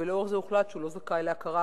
ולאור זה הוחלט שהוא לא זכאי להכרה